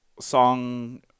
Song